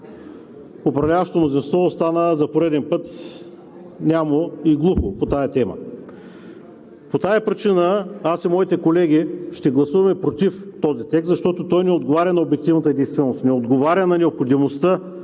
управляващото мнозинство остана за пореден път нямо и глухо по темата. По тази причина аз и моите колеги ще гласуваме против този текст, защото той не отговаря на обективната действителност, не отговаря на необходимостта,